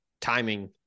timing